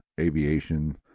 aviation